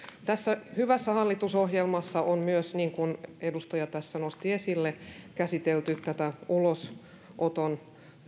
tässä hyvässä hallitusohjelmassa on myös niin kuin edustaja tässä nosti esille käsitelty tätä ulosoton